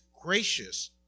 gracious